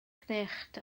cnicht